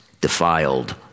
defiled